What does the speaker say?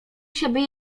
siebie